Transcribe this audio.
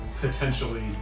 potentially